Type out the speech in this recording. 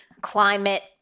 climate